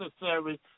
necessary